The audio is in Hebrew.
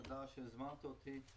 תודה שהזמנת אותי,